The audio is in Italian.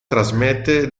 trasmette